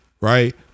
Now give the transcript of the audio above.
right